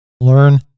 learn